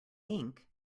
ink